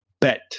bet